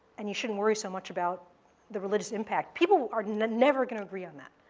and you shouldn't worry so much about the religious impact. people are never going to agree on that.